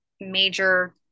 major